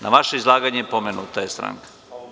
Na vaše izlaganje, pomenuta je stranka.